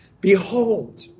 Behold